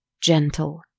gentle